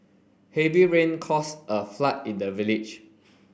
heavy rain caused a flood in the village